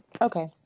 Okay